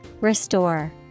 Restore